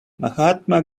mahatma